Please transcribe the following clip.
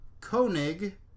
Koenig